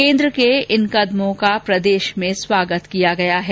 केन्द्र के इन केदमों का प्रदेश में स्वागत किया गया है